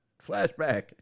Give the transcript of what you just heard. Flashback